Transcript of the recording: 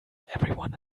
everyone